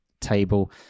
table